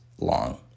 long